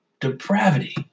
depravity